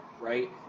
right